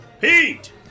Pete